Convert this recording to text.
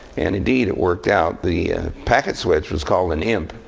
and indeed, it worked out. the packet switch was called an imp,